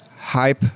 hype